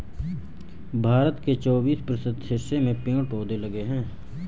भारत के चौबिस प्रतिशत हिस्से में पेड़ पौधे लगे हैं